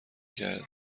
کرده